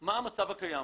מה המצב הקיים?